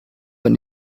ein